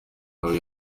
nawe